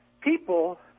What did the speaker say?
people